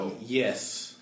Yes